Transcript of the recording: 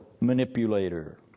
manipulator